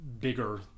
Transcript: bigger